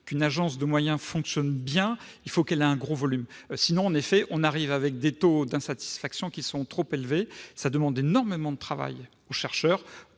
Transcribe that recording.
qu'une agence de moyens fonctionne bien, il faut qu'elle ait un gros volume. Sinon, les taux d'insatisfaction sont trop élevés. Cela demande énormément de travail aux chercheurs,